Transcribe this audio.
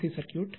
C circuit